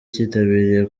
kitabiriwe